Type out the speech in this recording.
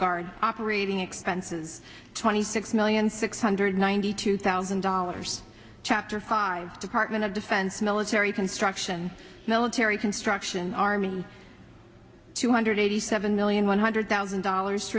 guard operating expenses twenty six million six hundred ninety two thousand dollars chapter five department of defense military construction military construction army two hundred eighty seven million one hundred thousand dollars